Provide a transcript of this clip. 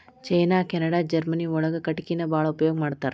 ಚೇನಾ Canada Germany ಒಳಗ ಕಟಗಿನ ಬಾಳ ಉಪಯೋಗಾ ಮಾಡತಾರ